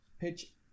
pitch